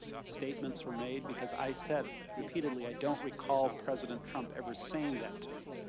statements were made because i said repeatedly, i don't recall president trump ever saying that to me.